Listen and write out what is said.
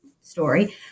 story